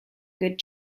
good